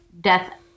death